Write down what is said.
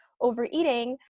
overeating